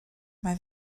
mae